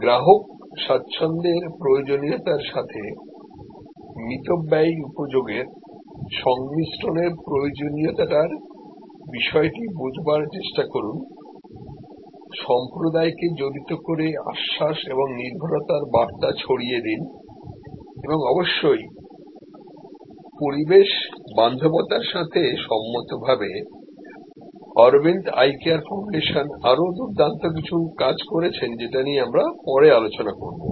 গ্রাহক স্বাচ্ছন্দ্যের প্রয়োজনীয়তার সাথে মিতব্যয়ী উপযোগের সংমিশ্রনের প্রয়োজনীয়তার বিষয়টি বোঝবার চেষ্টা করুন সম্প্রদায় কে জড়িত করে আশ্বাস এবং নির্ভরতার বার্তা ছড়িয়ে দিন এবং অবশ্যই পরিবেশ বান্ধবতার সাথে সম্মতভাবে অরবিন্দ আই কেয়ার ফাউন্ডেশন আরও দুর্দান্ত কিছু কাজ করছেন যেটানিয়ে আমি পরে আলোচনা করব